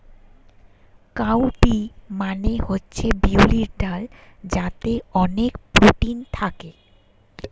cow P মানে হচ্ছে বিউলির ডাল যাতে অনেক প্রোটিন থাকে